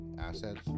assets